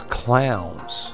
clowns